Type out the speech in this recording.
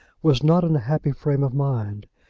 was not in a happy frame of mind,